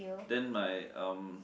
then my um